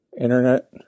internet